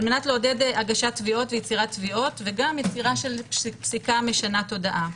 על מנת לעודד הגשת תביעות ויצירת תביעות וגם יצירה של פסיקה משנת תודעה,